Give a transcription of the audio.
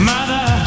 Mother